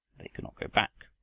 they could not go back.